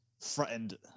threatened